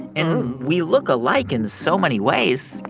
and we look alike in so many ways,